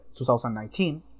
2019